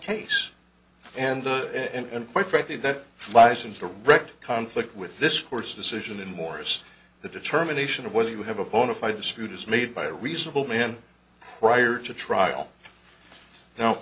case and and quite frankly that flies into the record conflict with this court's decision in morris the determination of whether you have a bona fide dispute is made by a reasonable man prior to trial now